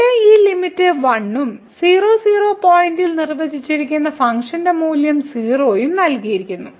ഇവിടെ ഈ ലിമിറ്റ് 1 ഉം 00 പോയിന്റിൽ നിർവചിച്ചിരിക്കുന്ന ഫംഗ്ഷൻ മൂല്യം 0 ഉം നൽകിയിരിക്കുന്നു